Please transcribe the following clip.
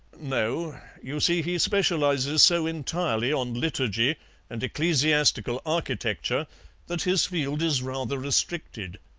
no, you see he specializes so entirely on liturgy and ecclesiastical architecture that his field is rather restricted.